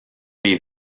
les